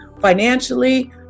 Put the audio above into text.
financially